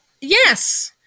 Yes